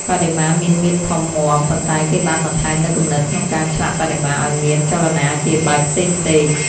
បដិមាមានមាឌធំមាំ ប៉ុន្តែគេបានបន្ថែមនូវគំនិតក្នុងការឆ្លាក់បដិមាឱ្យមានចលនាជាបែបផ្សេងៗ។